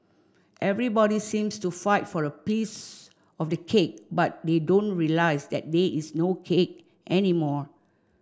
everybody seems to fight for a piece of the cake but they don't realise that there is no cake anymore